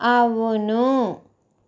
అవును